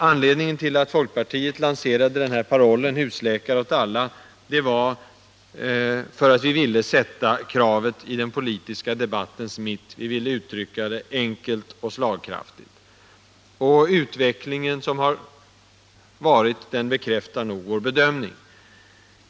Anledningen till att folkpartiet lanserade parollen ”husläkare åt alla” var att vi ville sätta kravet i den politiska debattens mitt. Vi ville uttrycka det enkelt och slagkraftigt. Och utvecklingen under de senaste åren bekräftar vår bedömning.